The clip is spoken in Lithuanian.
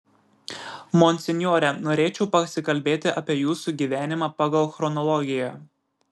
monsinjore norėčiau pasikalbėti apie jūsų gyvenimą pagal chronologiją